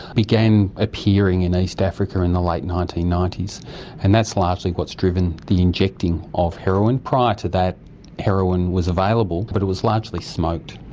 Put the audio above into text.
began appearing in east africa in the late nineteen ninety s and that's largely what's driven the injecting of heroin. prior to that heroin was available but it was largely smoked.